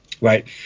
right